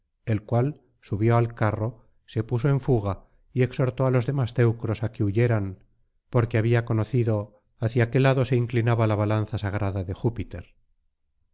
el cual subió al carro se puso en fuga y exhortó á los demás teucros á que huyeran porque había conocido hacia qué lado se inclinaba la balanza sagrada de júpiter